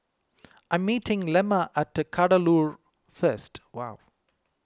I'm meeting Lemma at Kadaloor first wow